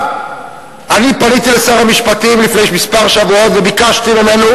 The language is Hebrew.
אני פניתי לשר המשפטים לפני שבועות מספר וביקשתי ממנו